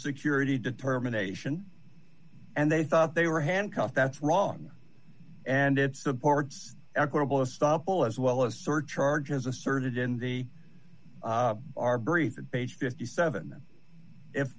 security determination and they thought they were handcuffed that's wrong and it supports equitable stoppel as well as sort charges asserted in the our brief page fifty seven if